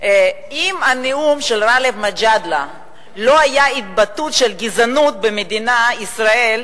אם הנאום של גאלב מג'אדלה לא היה התבטאות של גזענות במדינת ישראל,